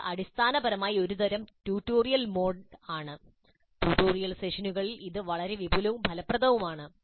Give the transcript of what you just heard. ഇത് അടിസ്ഥാനപരമായി ഒരു തരം ട്യൂട്ടോറിയൽ മോഡ് ആണ് ട്യൂട്ടോറിയൽ സെഷനുകളിൽ ഇത് വളരെ വിപുലവും ഫലപ്രദവുമാണ്